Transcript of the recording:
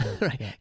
right